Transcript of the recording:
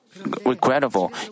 regrettable